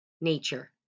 nature